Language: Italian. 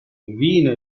vino